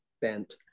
bent